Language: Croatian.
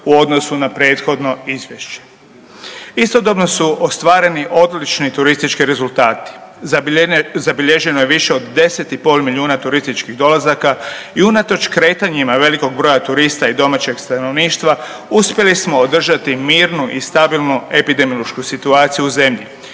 u odnosu na prethodno izvješće. Istodobno su ostvareni odlični turistički rezultati, zabilježeno je više od 10,5 milijuna turističkih dolazaka i unatoč kretanjima velikog broja turista i domaćeg stanovništva, uspjeli smo održati mirnu i stabilnu epidemiološku situaciju u zemlji.